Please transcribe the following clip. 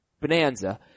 Bonanza